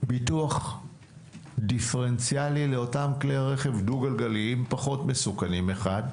ביטוח דיפרנציאלי לאותם כלי רכב דו גלגליים פחות מסוכנים אחת,